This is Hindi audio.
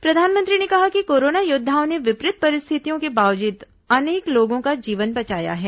प्रधानमंत्री ने कहा कि कोरोना योद्दाओं ने विपरीत परिस्थितियों के बावजूद अनेक लोगों का जीवन बचाया है